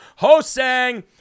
Hosang